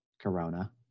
Corona